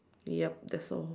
yup that's all